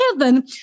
heaven